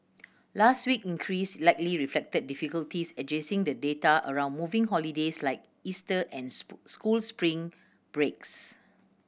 last week increase likely reflected difficulties adjusting the data around moving holidays like Easter and school spring breaks